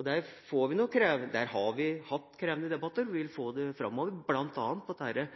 Der har vi hatt krevende debatter, og vi vil nok få det framover, bl.a. om ressurser og ressursutnytting. Så en siste kommentar til Trond Helleland om forvaltningsområdet i forhold til hvor samer bor. Det